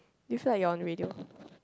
do you feel like you're on radio